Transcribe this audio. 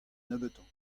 nebeutañ